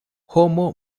homo